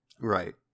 Right